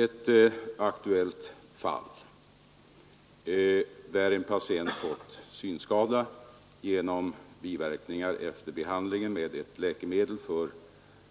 Ett aktuellt fall, där en patient fått synskada genom biverkningar efter behandling med ett läkemedel för